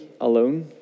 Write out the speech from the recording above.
alone